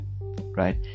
right